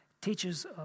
teaches